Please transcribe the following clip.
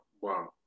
wow